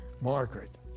margaret